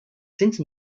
since